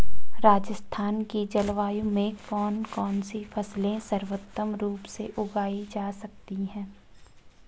राजस्थान की जलवायु में कौन कौनसी फसलें सर्वोत्तम रूप से उगाई जा सकती हैं?